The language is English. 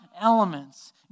elements